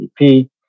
GDP